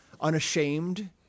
unashamed